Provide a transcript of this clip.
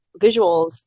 visuals